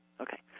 Okay